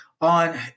on